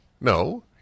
No